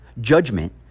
judgment